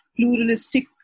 pluralistic